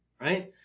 Right